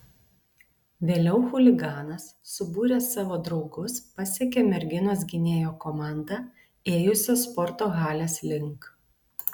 vėliau chuliganas subūręs savo draugus pasekė merginos gynėjo komandą ėjusią sporto halės link